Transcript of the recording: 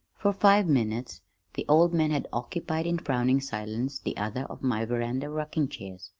for five minutes the old man had occupied in frowning silence the other of my veranda rocking-chairs.